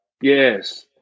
Yes